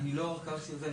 אני לא הרכז של זה,